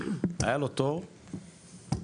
היה לו תור,